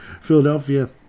Philadelphia